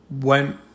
Went